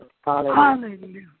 Hallelujah